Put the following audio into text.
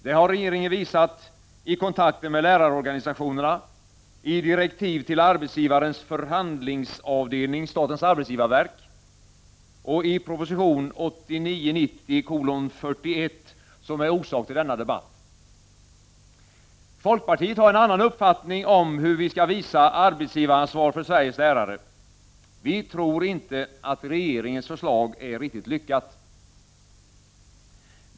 Det har regeringen visat i kontakter med lärarorganisationerna, i direktiv till arbetsgivarens förhandlingsavdelning, statens arbetsgivarverk, och i proposition 1989/90:41, som är orsak till denna debatt. Folkpartiet har en annan uppfattning om hur vi skall visa arbetsgivaransvar för Sveriges lärare. Vi tror inte att regeringens förslag är riktigt lyckat.